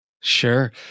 Sure